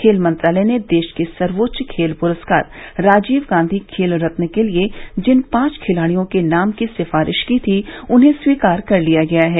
खेल मंत्रालय ने देश के सर्वोच्च खेल पुरस्कार राजीव गांधी खेल रत्न के लिये जिन पांच खिलाड़ियों के नाम की सिफारिश की थी उन्हें स्वीकार कर लिया है